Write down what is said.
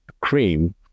cream